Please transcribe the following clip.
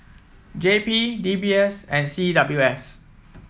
J P D B S and C W S